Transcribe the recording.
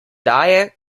daje